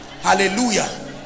hallelujah